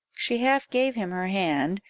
she half gave him her hand,